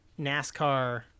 nascar